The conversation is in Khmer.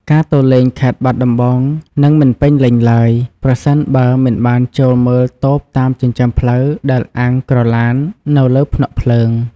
ការទៅលេងខេត្តបាត់ដំបងនឹងមិនពេញលេញឡើយ ប្រសិនបើមិនបានចូលមើលតូបតាមចិញ្ចើមផ្លូវដែលអាំងក្រឡាននៅលើភ្នក់ភ្លើង។